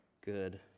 good